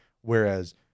Whereas